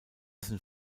sind